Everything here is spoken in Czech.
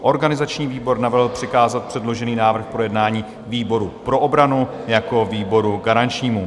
Organizační výbor navrhl přikázat předložený návrh k projednání výboru pro obranu jako výboru garančnímu.